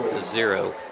zero